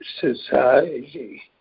society